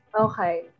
Okay